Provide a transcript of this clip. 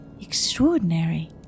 extraordinary